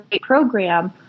program